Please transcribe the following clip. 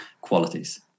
qualities